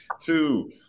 two